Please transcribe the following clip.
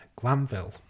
Glamville